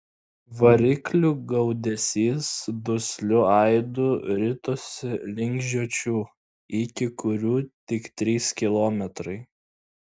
variklių gaudesys dusliu aidu ritosi link žiočių iki kurių tik trys kilometrai